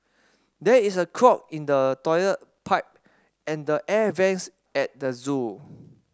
there is a clog in the toilet pipe and the air vents at the zoo